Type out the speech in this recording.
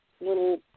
little